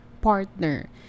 partner